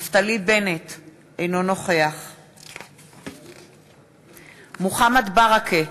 אינו נוכח נפתלי בנט, אינו נוכח מוחמד ברכה,